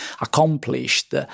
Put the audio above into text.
accomplished